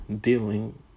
Dealing